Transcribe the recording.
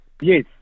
yes